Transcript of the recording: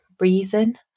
reason